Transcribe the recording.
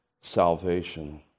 salvation